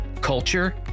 culture